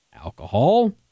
alcohol